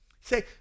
Say